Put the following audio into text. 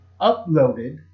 uploaded